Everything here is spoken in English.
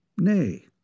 Nay